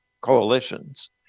coalitions